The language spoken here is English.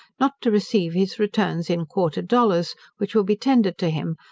not to receive his returns in quarter dollars, which will be tendered to him,